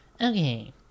Okay